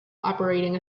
operating